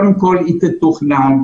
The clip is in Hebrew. זה מתוכנן,